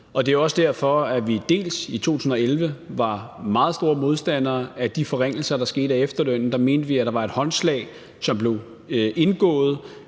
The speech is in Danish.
år. Det er også derfor, vi i 2011 var meget store modstandere af de forringelser, der skete, af efterlønnen. Der mente vi, at der var et håndslag, som blev givet